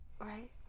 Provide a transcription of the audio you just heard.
Right